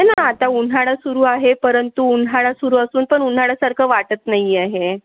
ना आता उन्हाळा सुरु आहे परंतु उन्हाळा सुरु असून पण उन्हाळ्यासारखं वाटत नाही आहे